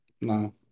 No